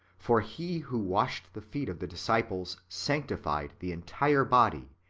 for he who washed the feet of the disciples sancti fied the entire body,